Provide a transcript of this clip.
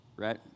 right